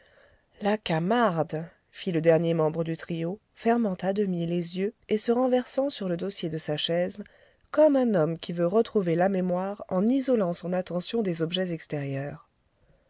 la camarde fit le dernier membre du trio fermant à demi les yeux et se renversant sur le dossier de sa chaise comme un homme qui veut retrouver la mémoire en isolant son attention des objets extérieurs